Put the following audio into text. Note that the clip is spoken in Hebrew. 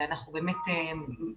ואנחנו באמת רוצים,